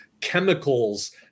chemicals